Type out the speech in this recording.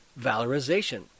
Valorization